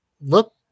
look